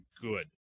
good